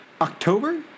October